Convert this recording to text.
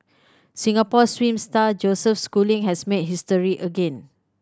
Singapore swim star Joseph Schooling has made history again